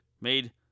made